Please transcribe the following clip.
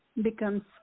Becomes